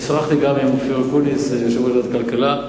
שוחחתי גם עם אופיר אקוניס, יושב-ראש ועדת הכלכלה,